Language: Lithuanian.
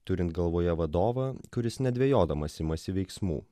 turint galvoje vadovą kuris nedvejodamas imasi veiksmų